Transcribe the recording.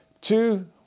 Two